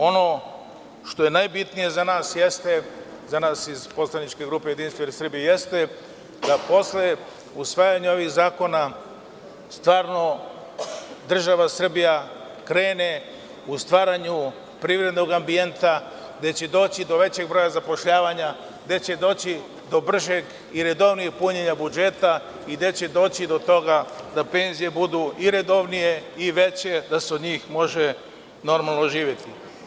Ono što je najbitnije za nas jeste da posle usvajanja ovih zakona, stvarno država Srbija krene u stvaranju privrednog ambijenta, gde će doći do većeg broja zapošljavanja, gde će doći do bržeg i redovnijeg punjenja budžeta i gde će doći do toga da penzije budu redovnije i veće i da se od njih može normalno živeti.